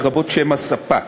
לרבות שם הספק.